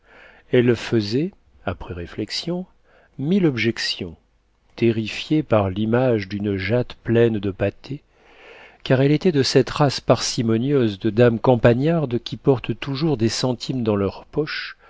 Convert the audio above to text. elle faisait après réflexion mille objections terrifiée par l'image d'une jatte pleine de pâtée car elle était de cette race parcimonieuse de dames campagnardes qui portent toujours des centimes dans leur poche